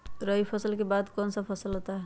रवि फसल के बाद कौन सा फसल होता है?